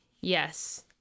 Yes